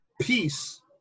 Peace